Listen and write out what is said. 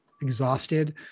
exhausted